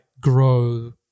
grow